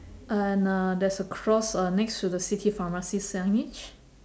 and uh there's a cross uh next to the city pharmacy signage